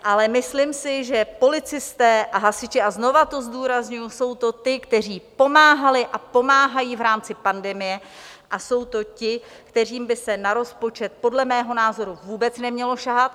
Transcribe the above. Ale myslím si, že policisté a hasiči, a znova to zdůrazňuji, jsou ti, kteří pomáhali a pomáhají v rámci pandemie, a jsou to ti, kterým by se na rozpočet podle mého názoru vůbec nemělo sahat.